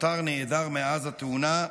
נותר נעדר מאז התאונה,